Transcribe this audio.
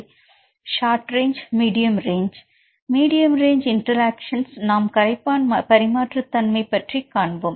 மாணவர் short range medium range medium range interactions நாம் கரைப்பான் பரிமாற்று தன்மை பற்றி காண்போம்